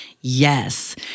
Yes